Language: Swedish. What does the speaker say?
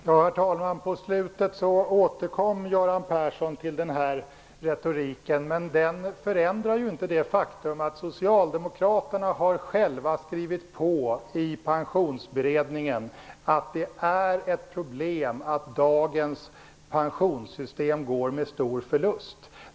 Herr talman! På slutet återkommer Göran Persson till sin retorik. Men den förändrar inte det faktum att socialdemokraterna i Pensionsberedningen har skrivit på att det är ett problem att dagens pensionssystem går med förlust.